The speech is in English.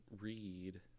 read